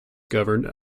governed